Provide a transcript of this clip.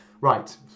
Right